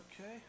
Okay